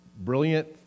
brilliant